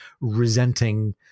resenting